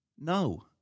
No